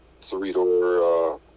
three-door